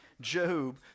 Job